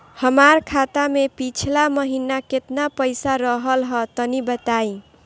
हमार खाता मे पिछला महीना केतना पईसा रहल ह तनि बताईं?